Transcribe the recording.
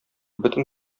бөтен